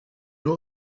nur